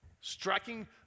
striking